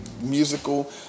musical